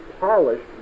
polished